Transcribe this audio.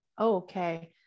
okay